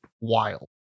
wild